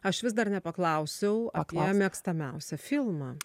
aš vis dar nepaklausiau apie mėgstamiausią filmą